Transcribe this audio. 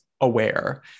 aware